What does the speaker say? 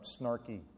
snarky